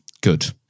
good